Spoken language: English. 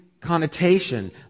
connotation